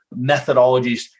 methodologies